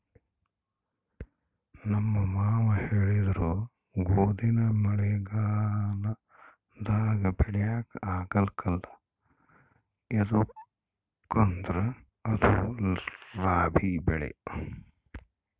ನಮ್ ಮಾವ ಹೇಳಿದ್ರು ಗೋದಿನ ಮಳೆಗಾಲದಾಗ ಬೆಳ್ಯಾಕ ಆಗ್ಕಲ್ಲ ಯದುಕಂದ್ರ ಅದು ರಾಬಿ ಬೆಳೆ